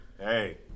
Hey